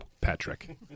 Patrick